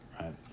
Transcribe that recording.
right